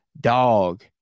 Dog